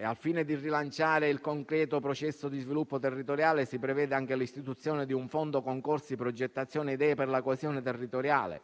Al fine di rilanciare il concreto processo di sviluppo territoriale, si prevede anche l'istituzione di un Fondo concorsi, progettazione e idee per la coesione territoriale